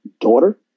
daughter